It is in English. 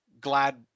glad